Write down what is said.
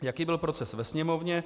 Jaký byl proces ve Sněmovně?